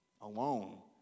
alone